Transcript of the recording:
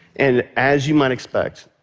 and, as you might expect,